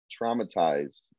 traumatized